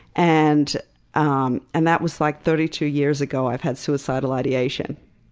and um and that was like thirty two years ago, i've had suicidal ideation.